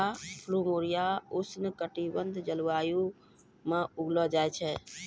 plumeria उष्ण कटिबंधीय जलवायु म उगैलो जाय छै